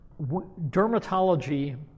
dermatology